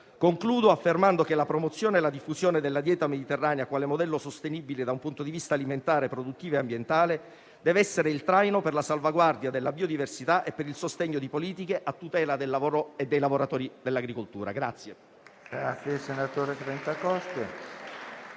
Concludo affermando che la promozione e la diffusione della dieta mediterranea quale modello sostenibile da un punto di vista alimentare, produttivo e ambientale devono essere il traino per la salvaguardia della biodiversità e per il sostegno di politiche a tutela del lavoro e dei lavoratori dell'agricoltura.